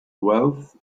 wealth